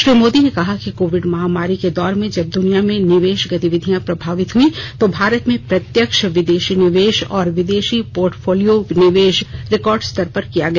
श्री मोदी ने कहा कि कोविड महामारी के दौर में जब दुनिया में निवेश गतिविधियां प्रभावित हुई तो भारत में प्रत्यक्ष विदेशी निवेश और विदेशी पोर्टफोलियों निवेश रिकॉर्ड स्तर पर किया गया